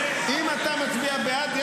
אם אתה מצביע בעד.